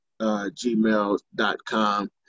gmail.com